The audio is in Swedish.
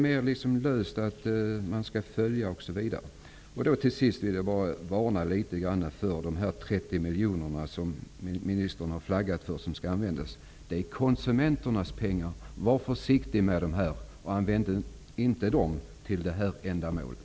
Man säger löst att man skall följa frågan, osv. Till sist vill jag varna: Var försiktig med de 30 miljoner som ministern har flaggat för. Det är konsumenternas pengar, använd inte dem i det här fallet.